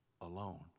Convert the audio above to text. alone